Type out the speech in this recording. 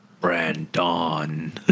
Brandon